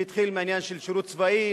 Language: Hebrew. שהתחילו מהעניין של שירות צבאי,